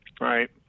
right